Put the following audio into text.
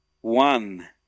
one